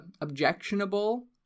objectionable